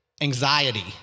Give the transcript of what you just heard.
anxiety